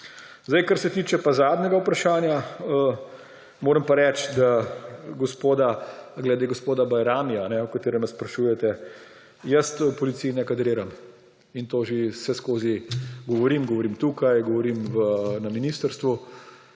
Kar se tiče zadnjega vprašanja glede gospoda Bajramija, o katerem me sprašujete, jaz v policiji ne kadriram, in to že vseskozi govorim, govorim tukaj, govorim na ministrstvu.